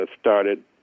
started